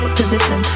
position